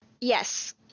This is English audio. Yes